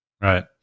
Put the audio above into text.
Right